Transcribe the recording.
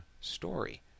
story